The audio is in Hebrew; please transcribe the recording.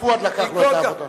פואד לקח לו את העבודה.